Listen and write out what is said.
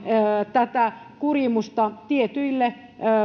kurimusta tietyille